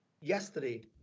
yesterday